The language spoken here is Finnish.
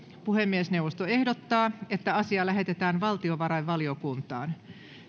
puhemiesneuvosto ehdottaa että asia lähetetään valtiovarainvaliokuntaan